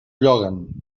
lloguen